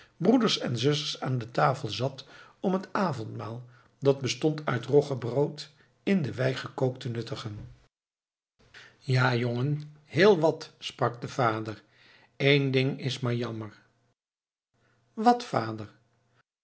broeders en zusters aan de tafel zat om het avondmaal dat bestond uit roggebrood in de wei gekookt te nuttigen ja jongen heel wat sprak de vader één ding is maar jammer wat vader